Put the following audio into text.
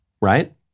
right